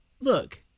look